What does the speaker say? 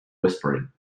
whispering